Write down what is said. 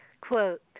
quote